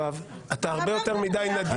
יואב: אתה הרבה יותר מדי נדיב.